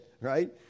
Right